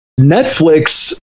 Netflix